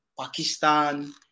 pakistan